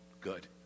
good